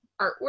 artwork